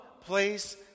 place